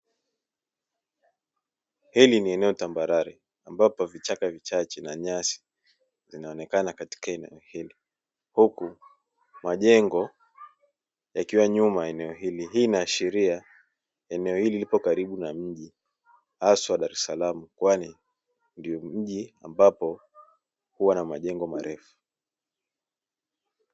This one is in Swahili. Hili ni eneo tambarare ambapo vichaka vichache na nyasi, zinaonekana katika eneo hilo huku majengo yakiwa nyuma ya eneo hili, hii inaashiria eneo hili lipo karibu na mji haswa dar es salaam, kwani ndio mji ambapo huwa na majengo marefu.